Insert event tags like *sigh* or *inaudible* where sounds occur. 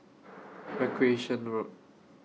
*noise* Recreation Road